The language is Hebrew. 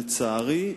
לצערי,